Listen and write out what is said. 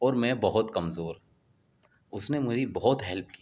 اور میں بہت کمزور اس نے میری بہت ہیلپ کی